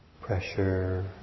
pressure